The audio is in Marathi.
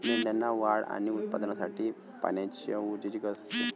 मेंढ्यांना वाढ आणि उत्पादनासाठी पाण्याची ऊर्जेची गरज असते